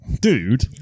dude